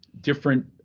different